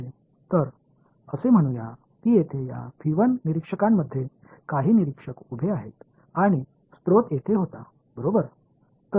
எனவே இந்த பார்வையாளரில் சில பார்வையாளர்கள் இங்கே நிற்கிறார்கள் என்றும் ஆதாரம் இங்கே என்றும் சொல்லலாம்